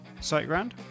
SiteGround